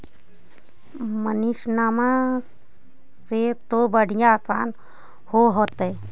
मसिनमा से तो बढ़िया आसन हो होतो?